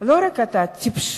לא רק את הטיפשות,